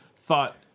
thought